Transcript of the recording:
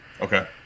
Okay